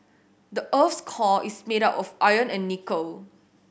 the earth's core is made of iron and nickel